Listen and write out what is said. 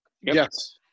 Yes